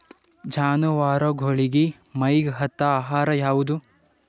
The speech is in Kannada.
ಜಾನವಾರಗೊಳಿಗಿ ಮೈಗ್ ಹತ್ತ ಆಹಾರ ಯಾವುದು?